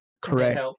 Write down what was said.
correct